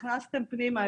הכנסתם פנימה,